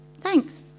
thanks